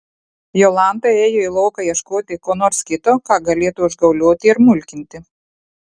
jolanta ėjo į lauką ieškoti ko nors kito ką galėtų užgaulioti ir mulkinti